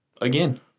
Again